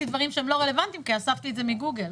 דברים שהם לא רלוונטיים כי אספתי את זה מגוגל,